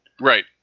Right